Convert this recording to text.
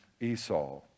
Esau